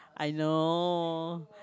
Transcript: I know